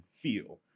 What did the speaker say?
feel